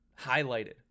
highlighted